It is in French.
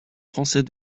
français